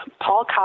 Paul